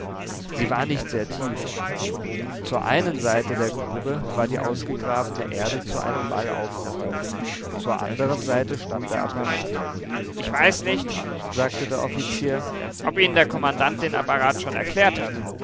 sie war nicht sehr tief zur einen seite der grube war die ausgegrabene erde zu einem wall aufgehäuft zur anderen seite stand der apparat ich weiß nicht sagte der offizier ob ihnen der kommandant den apparat schon erklärt hat